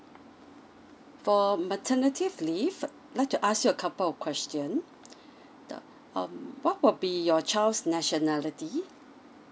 for maternity leave I'd like to ask you a couple of question the um what would be your child's nationality